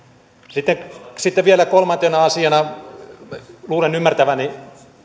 sitten sitten vielä neljäntenä asiana luulen ymmärtäväni